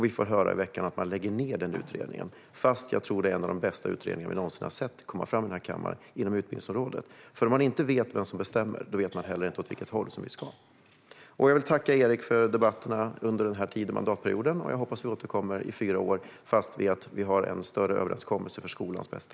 Vi har i veckan fått höra att man lägger ned utredningen, som jag tror är en av de bästa utredningar vi någonsin har sett komma fram i den här kammaren inom utbildningsområdet, för om man inte vet vem som bestämmer vet man heller inte åt vilket håll vi ska. Jag vill tacka Erik för debatterna under den här mandatperioden och hoppas att vi återkommer för fyra år, fast med en större överenskommelse för skolans bästa.